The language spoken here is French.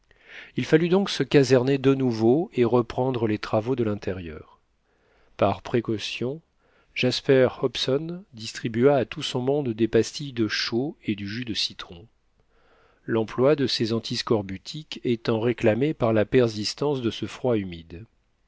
il fallut donc se caserner de nouveau et reprendre les travaux de l'intérieur par précaution jasper hobson distribua à tout son monde des pastilles de chaux et du jus de citron l'emploi de ces antiscorbutiques étant réclamé par la persistance de ce froid humide